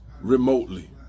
remotely